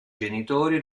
genitori